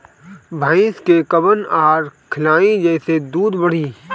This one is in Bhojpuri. भइस के कवन आहार खिलाई जेसे दूध बढ़ी?